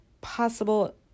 possible